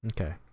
Okay